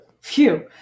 Phew